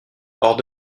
hors